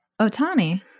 Otani